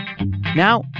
Now